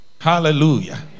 hallelujah